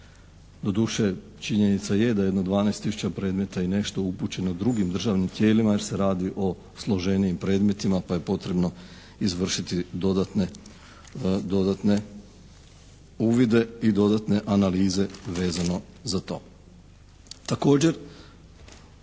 Doduše činjenica je da jedno 12 tisuća predmeta i nešto upućeno drugim državnim tijelima jer se radi o složenijim predmetima pa je potrebno izvršiti dodatne uvide i dodatne analize vezano za to. Također